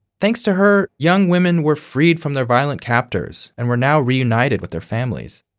thanks to her, young women were freed from their violent captors and were now reunited with their families.